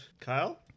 Kyle